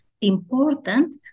important